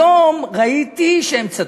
היום ראיתי שהם צדקו.